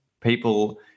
people